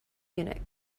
munich